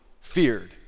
feared